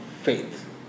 faith